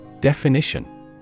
Definition